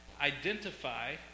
identify